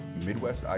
Midwest